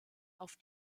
auf